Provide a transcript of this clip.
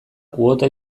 kuota